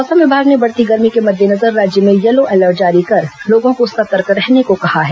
मौसम विभाग ने बढ़ती गर्मी के मद्देनजर राज्य में यलो अलर्ट जारी कर लोगों को सतर्क रहने को कहा है